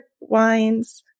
wines